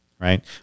right